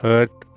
Earth